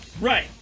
Right